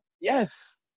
yes